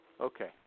Okay